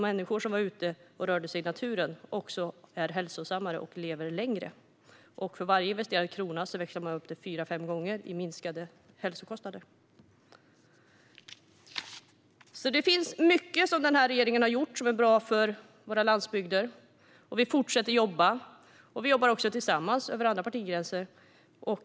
Människor som är ute och rör sig i naturen är också hälsosammare och lever längre. Varje investerad krona växlas upp fyra fem gånger i minskade hälsokostnader. Det finns mycket som regeringen har gjort som är bra för våra landsbygder. Vi fortsätter att jobba. Vi jobbar också tillsammans över andra partigränser.